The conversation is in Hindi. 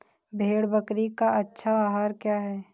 भेड़ बकरी का अच्छा आहार क्या है?